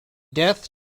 death